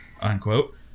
Unquote